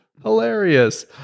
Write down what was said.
hilarious